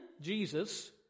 Jesus